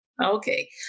Okay